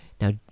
Now